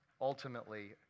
ultimately